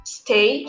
stay